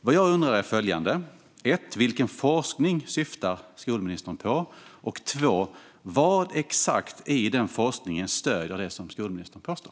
Vad jag undrar är följande: Vilken forskning syftar skolministern på, och exakt vad i den forskningen stöder det som skolministern påstår?